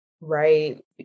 Right